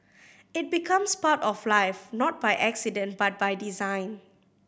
it becomes part of life not by accident but by design